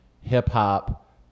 hip-hop